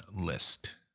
list